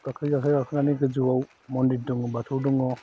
गाखोयै गाखोयै गाखोनानै गोजौवाव मन्दिर दङ बाथौ दङ